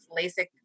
LASIK